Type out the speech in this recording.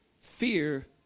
fear